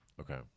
Okay